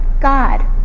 God